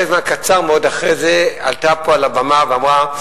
פרק זמן קצר מאוד אחרי זה היא עלתה פה לבמה ואמרה: